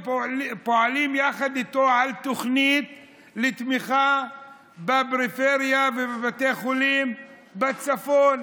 ואנחנו פועלים יחד איתו על תוכנית לתמיכה בפריפריה ובבתי חולים בצפון.